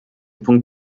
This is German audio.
punkt